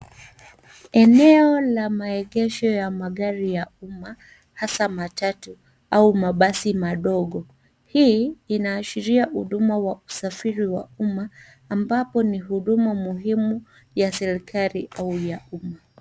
Eneo la maegesho ya magari ya umma hasa matatu au mabasi madogo. Hii inaashiria huduma wa usafiri wa umma ambapo ni huduma muhimu ya serikali au ya umma.